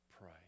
pray